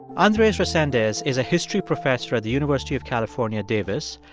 andres resendez is a history professor at the university of california, davis.